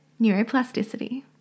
neuroplasticity